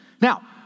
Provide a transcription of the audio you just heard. Now